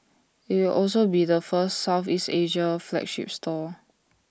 IT will also be the first Southeast Asia flagship store